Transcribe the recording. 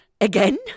Again